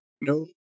no